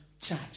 church